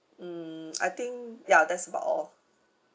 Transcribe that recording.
mm I think ya that's about all